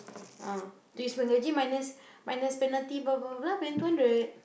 ah this month gaji minus minus penalty blah blah blah then two hundred